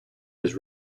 his